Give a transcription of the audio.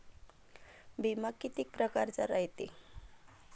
बिमा कितीक परकारचा रायते?